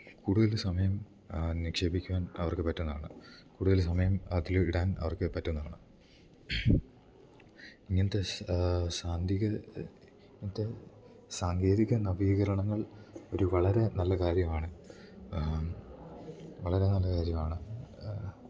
കൂടുതൽ സമയം നിക്ഷേപിക്കുവാൻ അവർക്ക് പറ്റുന്നതാണ് കൂടുതൽ സമയം അതിൽ ഇടാൻ അവർക്ക് പറ്റുന്നതാണ് ഇങ്ങനെത്തെ സാന്തിക് ഇങ്ങനത്തെ സാങ്കേതിക നവീകരണങ്ങൾ ഒരു വളരെ നല്ല കാര്യമാണ് വളരെ നല്ല കാര്യമാണ്